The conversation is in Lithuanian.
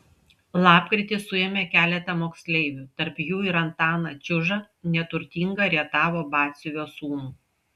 lapkritį suėmė keletą moksleivių tarp jų ir antaną čiužą neturtingą rietavo batsiuvio sūnų